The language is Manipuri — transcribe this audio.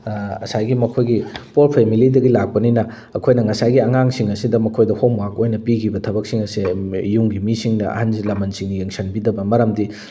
ꯉꯁꯥꯏꯒꯤ ꯃꯈꯣꯏꯒꯤ ꯄꯣꯔ ꯐꯦꯃꯦꯂꯤꯗꯒꯤ ꯂꯥꯛꯄꯅꯤꯅ ꯑꯩꯈꯣꯏꯅ ꯉꯁꯥꯏꯒꯤ ꯑꯉꯥꯡꯁꯤꯡ ꯑꯁꯤꯗ ꯃꯈꯣꯏꯗ ꯍꯣꯝꯋꯥꯛ ꯑꯣꯏꯅ ꯄꯤꯈꯤꯕ ꯊꯕꯛꯁꯤꯡ ꯑꯁꯦ ꯌꯨꯝꯒꯤ ꯃꯤꯁꯤꯡꯅ ꯑꯍꯟ ꯂꯃꯟꯁꯤꯡꯅ ꯌꯦꯡꯁꯟꯕꯤꯗꯕ ꯃꯔꯝꯗꯤ